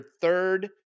third